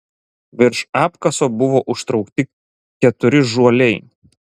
virš apkaso buvo užtraukti keturi žuoliai